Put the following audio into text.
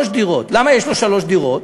למה יש לו שלוש דירות?